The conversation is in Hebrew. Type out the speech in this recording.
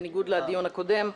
בניגוד לדיון הקודם.